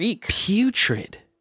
putrid